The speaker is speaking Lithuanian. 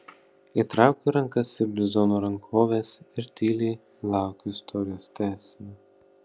įtraukiu rankas į bluzono rankoves ir tyliai laukiu istorijos tęsinio